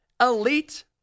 elite